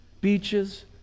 beaches